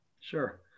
Sure